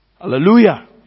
Hallelujah